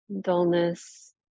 dullness